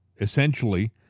essentially